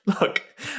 Look